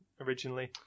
originally